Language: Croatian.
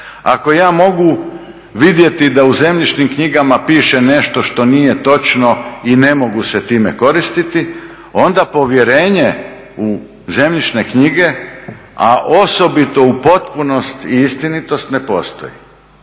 ako ja mogu vidjeti da u zemljišnim knjigama piše nešto što nije točno i ne mogu se time koristiti onda povjerenje u zemljišne knjige, a osobitu u potpunost i istinitost ne postoji.